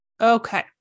Okay